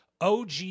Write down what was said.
OG